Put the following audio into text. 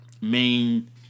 main